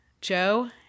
Joe